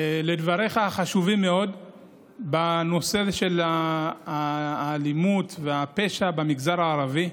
לדבריך החשובים מאוד בנושא האלימות והפשע במגזר הערבי.